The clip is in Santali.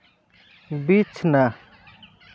ᱵᱤᱪᱷᱱᱟ